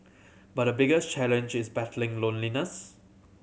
but the biggest challenge is battling loneliness